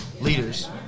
leaders